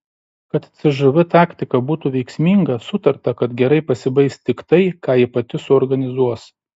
kad cžv taktika būtų veiksminga sutarta kad gerai pasibaigs tik tai ką ji pati suorganizuos